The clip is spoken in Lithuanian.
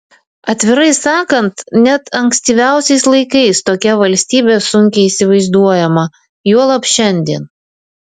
atvirai sakant net ankstyviausiais laikais tokia valstybė sunkiai įsivaizduojama juolab šiandien